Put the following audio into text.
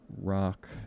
rock